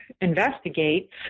investigates